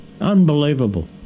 Unbelievable